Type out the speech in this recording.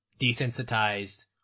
desensitized